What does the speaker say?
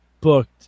booked